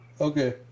Okay